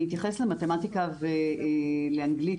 אני אתייחס למתמטיקה ולאנגלית,